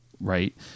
right